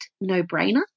no-brainer